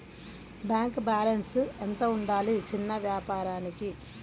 Bank balance ఎంత ఉండాలి చిన్న వ్యాపారానికి?